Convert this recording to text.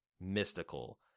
mystical